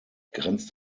grenzt